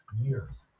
years